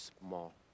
small